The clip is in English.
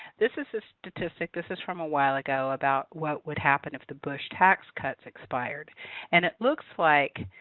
this is a statistic this is from a while ago about what would happen if the bush tax cuts expired and it looks like,